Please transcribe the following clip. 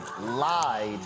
lied